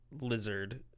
Lizard